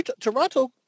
Toronto